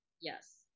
Yes